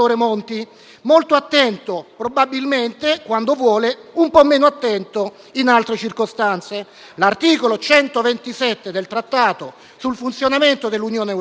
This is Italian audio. molto attento quando vuole, un po' meno attento in altre circostanze. L'articolo 127 del Trattato sul funzionamento dell'Unione europea